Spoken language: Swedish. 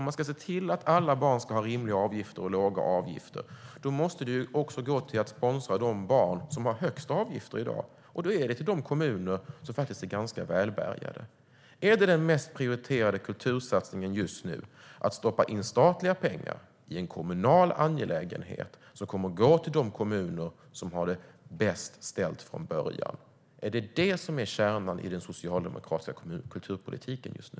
Om alla barn ska ha rimliga och låga avgifter måste pengarna gå till att sponsra de barn som har högst avgifter, det vill säga till de kommuner som faktiskt är välbärgade. Är det den mest prioriterade kultursatsningen just nu att stoppa in statliga pengar i en kommunal angelägenhet som kommer att gå till de kommuner som har det bäst ställt från början? Är det kärnan i den socialdemokratiska kulturpolitiken just nu?